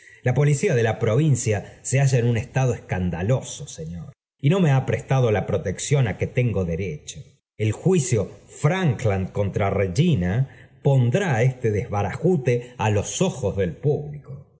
la policía de la provincia se halla en un estado escandaloso señor y no me ha prestado la protección á que tengo derecho el juicio franklatad contra regina pondrá este desbarajuste á los ojos del público